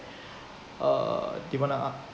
uh do you wanna